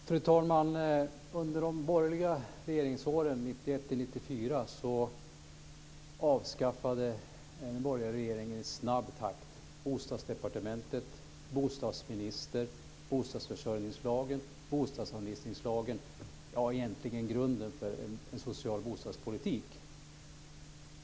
Fru talman! Under de borgerliga regeringsåren 1991-1994 avskaffade den borgerliga regeringen i snabb takt bostadsdepartementet, bostadsministern, bostadsförsörjningslagen, bostadsanvisningslagen, ja, egentligen grunden för en social bostadspolitik.